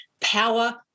power